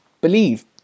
believe